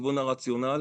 מכיוון הרציונל.